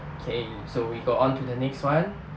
okay so we go onto the next one